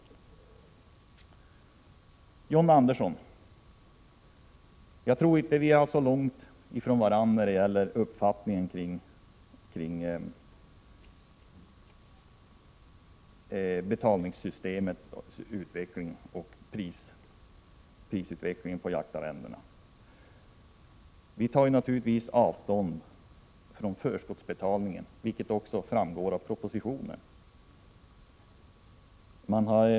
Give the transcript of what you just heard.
Jag tror inte att John Andersson och jag står så långt ifrån varandra när det gäller uppfattningen om betalningssystemet och prisutvecklingen på jaktarrenden. Vi socialdemokrater tar naturligtvis avstånd från förskottsbetalning, vilket också framgår av propositionen.